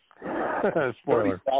Spoiler